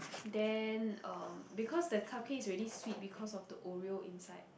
then um because the cupcake is already sweet because of the oreo inside